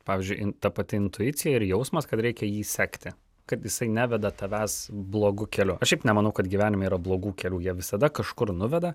pavyzdžiui in ta pati intuicija ir jausmas kad reikia jį sekti kad jisai neveda tavęs blogu keliu aš šiaip nemanau kad gyvenime yra blogų kelių jie visada kažkur nuveda